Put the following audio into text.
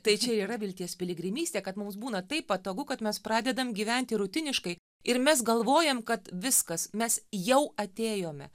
tai čia yra vilties piligrimystė kad mums būna taip patogu kad mes pradedam gyventi rutiniškai ir mes galvojam kad viskas mes jau atėjome